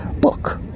book